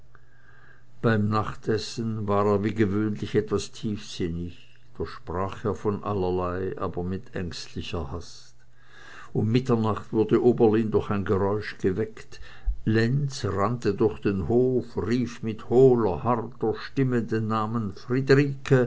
beim nachtessen war er wie gewöhnlich etwas tiefsinnig doch sprach er von allerlei aber mit ängstlicher hast um mitternacht wurde oberlin durch ein geräusch geweckt lenz rannte durch den hof rief mit hohler harter stimme den namen friederike